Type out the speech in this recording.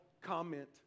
comment